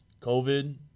COVID